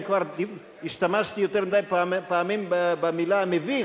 אם השתמשתי יותר מדי פעמים במלה "מביך",